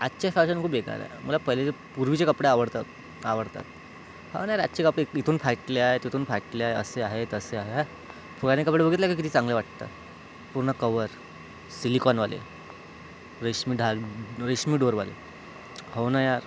आजचे फॅशन खूप बेकार आहे मला पहिलेचे पूर्वीचे कपडे आवडतात आवडतात हवना यार आजचे कापडे इथून फाटले आहे तिथून फाटले आहे अस्से आहे तस्से आहे ह्या पुराने कपडे बघितले का किती चांगले वाटतात पूर्ण कव्हर सिलिकॉनवाले रेशमी ढाल रेशमी डोर वाले हवना यार